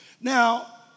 Now